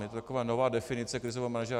Je to taková nová definice krizového manažera.